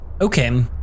Okay